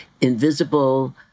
invisible